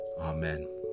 Amen